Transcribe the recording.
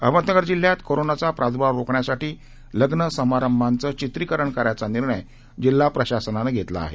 अहमदनगर जिल्ह्यात कोरोनाचा प्रादूर्भाव रोखण्यासाठी लग्न समारंभावराचं चित्रकरण करायचा निर्णय जिल्हा प्रशासनानं घेतला आहे